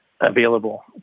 available